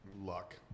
luck